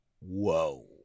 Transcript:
Whoa